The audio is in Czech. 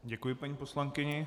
Děkuji paní poslankyni.